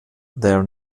their